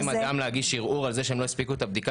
אז אנחנו שולחים אדם להגיש ערעור על כך שהם לא הספיקו את הבדיקה,